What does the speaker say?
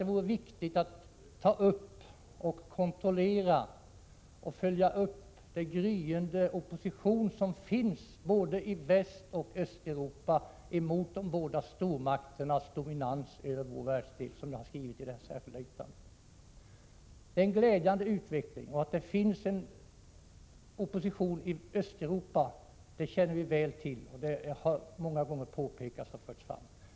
Det vore viktigt att kontrollera och följa upp den gryende opposition som finns i både Västoch Östeuropa mot de båda stormakternas dominans i vår världsdel, som jag har skrivit i mitt särskilda yttrande. Det är en glädjande utveckling. Att det finns en opposition i Östeuropa känner vi väl till, det har många gånger påpekats.